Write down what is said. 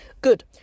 Good